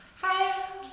hi